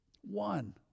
One